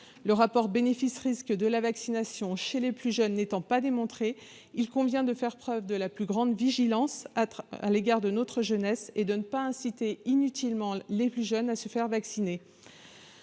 Le rapport bénéfice-risque de la vaccination chez les plus jeunes n'étant pas démontré, il convient de faire preuve de la plus grande prudence et de ne pas inciter inutilement à les faire vacciner.